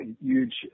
huge